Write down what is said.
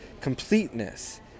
completeness